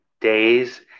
days